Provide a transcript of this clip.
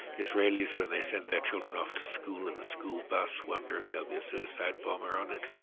israelis when they send their children off to school in the school bus wonder if there'll be a suicide bomber on it.